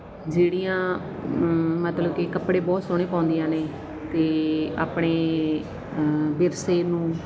ਜਿਹੜੀਆਂ ਮਤਲਬ ਕਿ ਕੱਪੜੇ ਬਹੁਤ ਸੋਹਣੇ ਪਾਉਂਦੀਆਂ ਨੇ ਤੇ ਆਪਣੇ ਵਿਰਸੇ ਨੂੰ